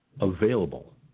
available